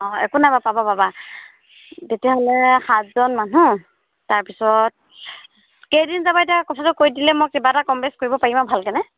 অঁ একো না বাৰু পাব পাবা তেতিয়াহ'লে সাতজন মানুহ তাৰপিছত কেইদিন যাব এতিয়া কথাটো কৈ দিলে মই কিবা এটা কম বেচ কৰিব পাৰিম আৰু ভালকেনে